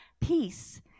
peace